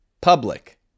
public